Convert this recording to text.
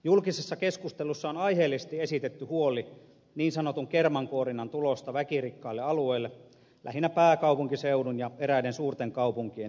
julkisessa keskustelussa on aiheellisesti esitetty huoli niin sanotun kermankuorinnan tulosta väkirikkaille alueille lähinnä pääkaupunkiseudun ja eräiden suurten kaupunkien yrityspostimarkkinoille